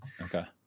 Okay